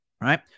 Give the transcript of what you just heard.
right